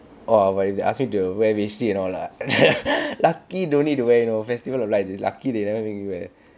or but if they ask me to wear veshti and all lah lucky don't need to wear you know festival of lights you lucky they never make you wear